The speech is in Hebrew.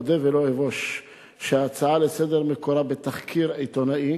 אודה ולא אבוש שההצעה לסדר מקורה בתחקיר עיתונאי.